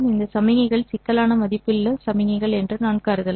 இந்த சமிக்ஞைகள் சிக்கலான மதிப்புள்ள சமிக்ஞைகள் என்று நான் கருதலாம்